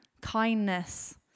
kindness